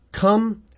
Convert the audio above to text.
come